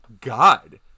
God